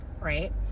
Right